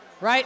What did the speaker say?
Right